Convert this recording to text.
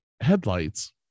headlights